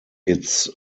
its